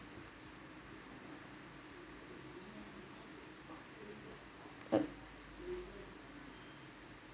oh